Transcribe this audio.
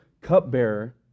cupbearer